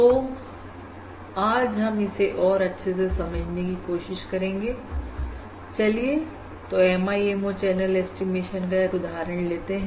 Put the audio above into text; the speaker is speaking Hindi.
तो आज हम इसे और अच्छे से समझने की कोशिश करेंगे चलिए तो MIMO चैनल ऐस्टीमेशन का एक उदाहरण लेते हैं